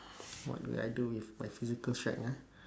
what will I do with my physical strength ah